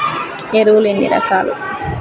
ఎరువులు ఎన్ని రకాలు?